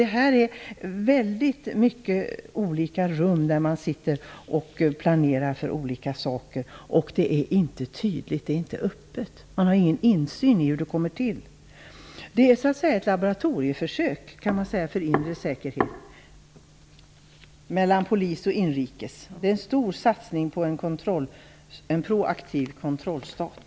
Här är det väldigt många olika rum, där man sitter och planerar för olika saker. Verksamheten är inte tydlig och öppen och man har ingen insyn i den. Man kan säga att det är ett laboratorieförsök för inre säkerhet och en stor satsning på en proaktiv kontrollstat.